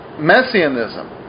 Messianism